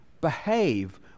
behave